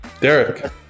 Derek